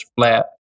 flat